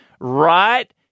right